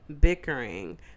Bickering